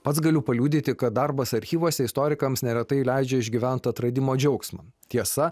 pats galiu paliudyti kad darbas archyvuose istorikams neretai leidžia išgyvent atradimo džiaugsmą tiesa